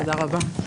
תודה רבה.